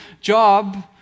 job